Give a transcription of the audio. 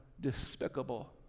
despicable